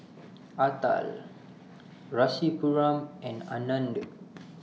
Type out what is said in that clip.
Atal Rasipuram and Anand